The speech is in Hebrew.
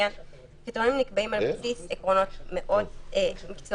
הקריטריונים נקבעים על בסיס עקרונות מאוד מקצועיים,